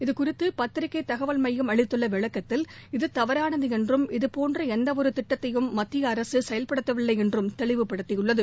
இதுகுறித்து பத்திரிகை தகவல் அலுவலகம் அளித்துள்ள விளக்கத்தில் இது தவறானது என்றும் இதபோன்ற எந்த ஒரு திட்டத்தையும் மத்திய அரசு செயல்படுத்தவில்லை என்றும் தெளிவுப்படுத்தியுள்ளது